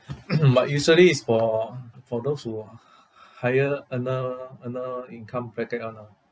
but usually is for for those who h~ higher earner earner income bracket [one] orh